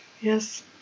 Yes